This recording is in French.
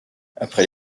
après